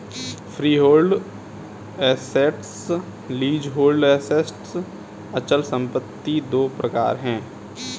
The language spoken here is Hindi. फ्रीहोल्ड एसेट्स, लीजहोल्ड एसेट्स अचल संपत्ति दो प्रकार है